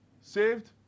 Saved